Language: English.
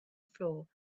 floor